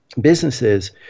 businesses